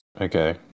Okay